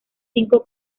cinco